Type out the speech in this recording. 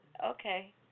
Okay